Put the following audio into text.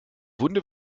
wunde